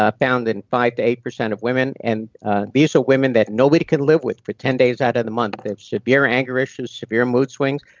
ah found in five eight of women, and these are women that nobody could live with for ten days out of the month. they have severe anger issues, severe mood swings,